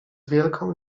wielką